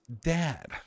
dad